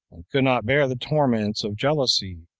could not bear the torments of jealousy,